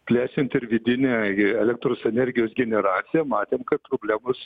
plečiant ir vidinę gi elektros energijos generaciją matėm kad problemos